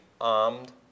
armed